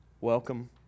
welcome